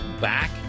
back